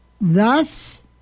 Thus